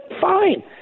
fine